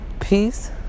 Peace